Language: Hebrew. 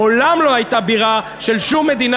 מעולם לא הייתה בירה של שום מדינה